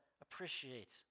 appreciate